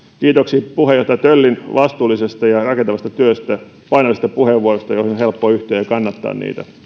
kiitoksiin puheenjohtaja töllin vastuullisesta ja rakentavasta työstä painavista puheenvuoroista joihin on helppo yhtyä ja joita on helppo kannattaa